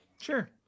Sure